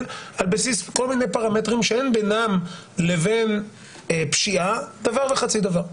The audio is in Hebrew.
על בסיס כל מיני פרמטרים שאין בינם לבין פשיעה דבר וחצי דבר.